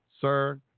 sir